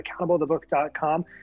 accountablethebook.com